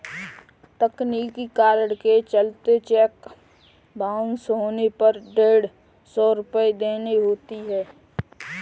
तकनीकी कारण के चलते चेक बाउंस होने पर डेढ़ सौ रुपये देने होते हैं